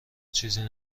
چیزی